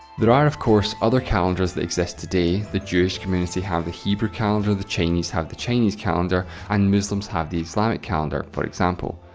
there are, of course, other calendars that exist today, the jewish community have the hebrew calendar, the chinese have the chinese calendar, and muslims have the islamic calendar, for example,